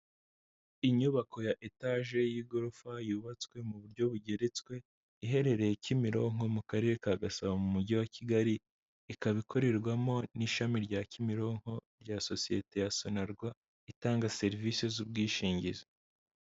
Inyubako ya etaje y'igorofa yubatswe mu buryo bugeretswe iherereye Kimironko mu karere ka Gasabo mu mujyi wa Kigali, ikaba ikorerwamo n'ishami rya Kimironko rya sosiyete ya Sonarwa itanga serivisi z'ubwishingizi.